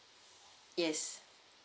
yes